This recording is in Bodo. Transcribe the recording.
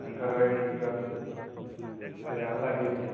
ओंखारबाय ओं जाफुगोन देनांहालागि